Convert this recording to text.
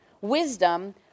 wisdom